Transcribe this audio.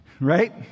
Right